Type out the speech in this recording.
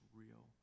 real